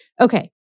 Okay